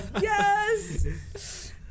yes